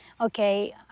okay